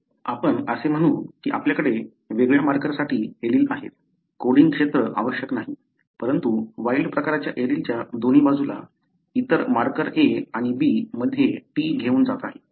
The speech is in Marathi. आपण असे म्हणू कि आपल्याकडे वेगळ्या मार्करसाठी एलील आहे कोडिंग क्षेत्र आवश्यक नाही परंतु वाइल्ड प्रकारच्या एलीलच्या दोन्ही बाजूला इतर मार्कर A आणि B मध्ये T घेऊन जात आहे